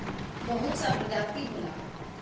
बहुत सा प्रजाति होला